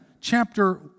chapter